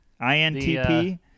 INTP